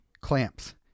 clamps